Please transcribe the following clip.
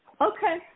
Okay